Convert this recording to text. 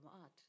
art